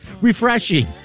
Refreshing